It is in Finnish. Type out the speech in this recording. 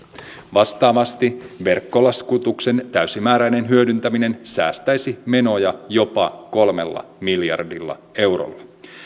vastaavasti verkkolaskutuksen täysimääräinen hyödyntäminen säästäisi menoja jopa kolmella miljardilla eurolla